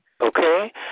Okay